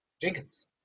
Jenkins